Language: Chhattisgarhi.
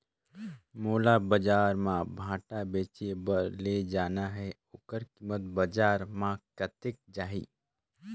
मोला बजार मां भांटा बेचे बार ले जाना हे ओकर कीमत बजार मां कतेक जाही?